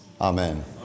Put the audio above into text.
Amen